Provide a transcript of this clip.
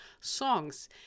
songs